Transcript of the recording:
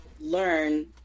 learn